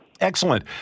Excellent